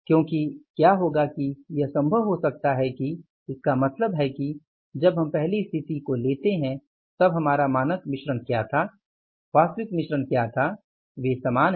क्योंकि क्या होगा यह संभव हो सकता है कि इसका मतलब है कि जब हम पहली स्थिति को लेते है तब हमारा मानक मिश्रण क्या था वास्तविक मिश्रण क्या था वे समान हैं